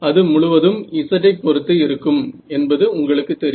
அது முழுவதும் z ஐ பொறுத்து இருக்கும் என்பது உங்களுக்கு தெரியும்